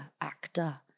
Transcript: actor